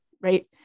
Right